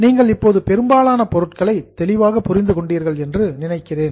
நீங்கள் இப்போது பெரும்பாலான பொருட்களை தெளிவாக புரிந்து கொண்டீர்கள் என்று நினைக்கிறேன்